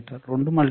రెండూ మల్టీమీటర్లు